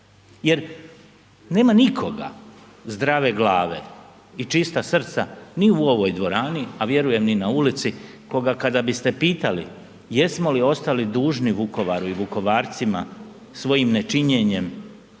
Jer nema nikoga zdrave glave i čista srca ni u ovoj dvorani, a vjerujem ni na ulici koga kada biste pitali jesmo li ostali dužni Vukovaru i Vukovarcima svojim nečinjenjem